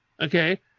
okay